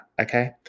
okay